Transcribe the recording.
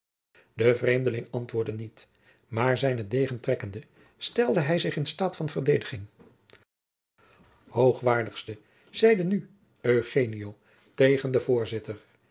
de vreemdeling antwoordde niet maar zijnen degen trekkende stelde hij zich in staat van verdediging hoogwaardigste zeide nu eugenio tegen den voorzitter